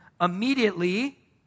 immediately